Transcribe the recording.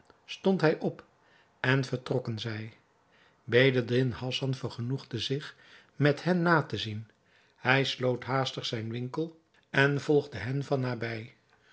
stond hij op en vertrokken zij bedreddin hassan vergenoegde zich met hen na te zien hij sloot haastig zijn winkel en volgde hen van nabij